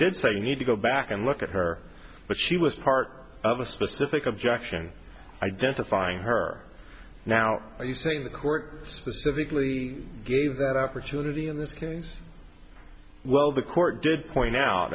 you need to go back and look at her but she was part of a specific objection identifying her now are you saying the court specifically gave that opportunity in this case well the court did point out